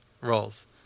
roles